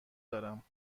دارم